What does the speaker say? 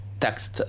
text